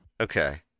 Okay